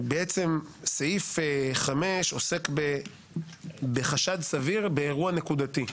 סעיף 5 עוסק בחשד סביר באירוע נקודתי.